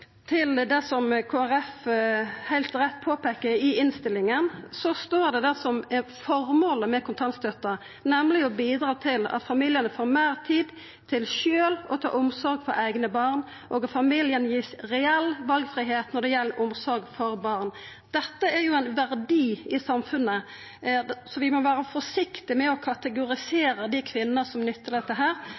det som Kristeleg Folkeparti heilt rett påpeikar i innstillinga: Der står det som er føremålet med kontantstøtta, nemleg å bidra til at familiane får meir tid til sjølve å ta omsorg for eigne barn, og at familien vert gitt reell valfridom når det gjeld omsorg for barn. Dette er jo ein verdi i samfunnet, så vi må vera forsiktige med å kategorisera dei kvinnene som nyttar dette.